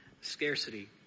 scarcity